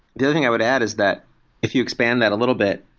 the other thing i would add is that if you expand that a little bit,